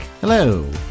Hello